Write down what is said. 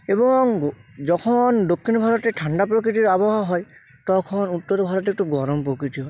এবং যখন দক্ষিণ ভারতে ঠান্ডা প্রকৃতির আবহাওয়া হয় তখন উত্তর ভারতে একটু গরম প্রকৃতি হয়